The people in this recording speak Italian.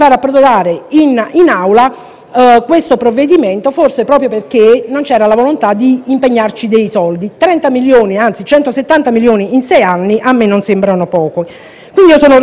questo provvedimento, forse proprio perché non c'era la volontà di impegnarci dei fondi: 30 milioni di euro, anzi 170 milioni in sei anni, a me non sembrano pochi. Sono quindi orgogliosa di far parte di una maggioranza